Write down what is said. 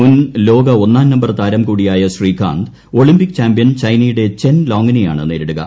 മുൻ ലോക ഒന്നാം നമ്പർ താരം കൂടിയായ ശ്രീകാന്ത് ഒളിമ്പിക് ചാമ്പ്യൻ ചൈനയുടെ ചെൻ ലോങ്ങിനെയാണ് നേരിടുക